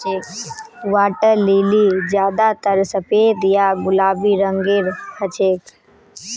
water lily ज्यादातर सफेद या गुलाबी रंगेर हछेक